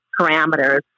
parameters